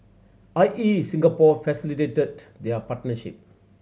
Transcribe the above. I E Singapore facilitated their partnership